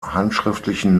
handschriftlichen